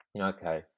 Okay